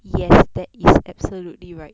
yes that is absolutely right